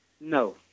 No